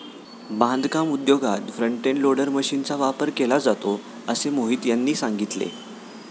बांधकाम उद्योगात front end loader मशीनचा वापर केला जातो असे मोहित यांनी सांगितले